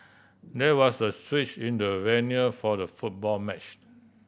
there was a switch in the venue for the football match